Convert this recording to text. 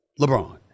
LeBron